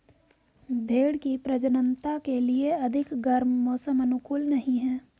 भेंड़ की प्रजननता के लिए अधिक गर्म मौसम अनुकूल नहीं है